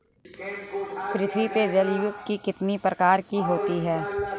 पृथ्वी पर जलवायु कितने प्रकार की होती है?